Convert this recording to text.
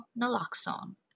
naloxone